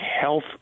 health